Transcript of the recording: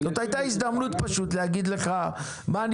זו הייתה הזדמנות פשוט להגיד לך מה אני